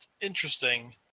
interesting